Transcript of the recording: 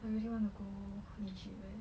I really want to go egypt eh